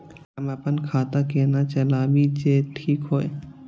हम अपन खाता केना चलाबी जे ठीक होय?